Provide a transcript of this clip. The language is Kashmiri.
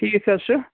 ٹھیٖک حظ چھُ